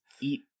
eat